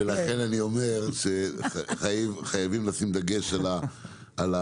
לכן אני אומר שחייבים לשים דגש על הסנכרון.